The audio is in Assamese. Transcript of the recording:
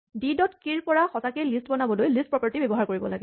ডি ডট কী ৰ পৰা সচাঁকে লিষ্ট বনাবলৈ লিষ্ট প্ৰপাৰ্টী ব্যৱহাৰ কৰিব লাগে